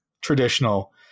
traditional